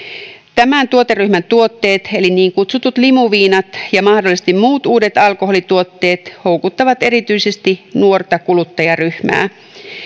tämän tuoteryhmän tuotteet eli niin kutsutut limuviinat ja mahdollisesti muut uudet alkoholituotteet houkuttavat erityisesti nuorta kuluttajaryhmää